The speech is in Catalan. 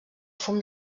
fum